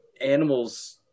Animals